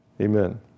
Amen